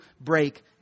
break